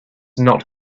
not